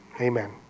Amen